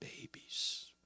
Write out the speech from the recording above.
babies